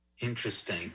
Interesting